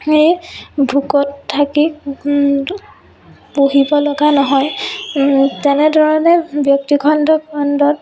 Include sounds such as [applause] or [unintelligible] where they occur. [unintelligible] ভোকত থাকি পঢ়িব লগা নহয় তেনেধৰণে ব্যক্তি খণ্ড খণ্ডত